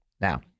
Now